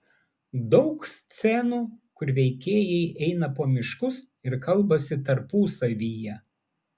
daug scenų kur veikėjai eina po miškus ir kalbasi tarpusavyje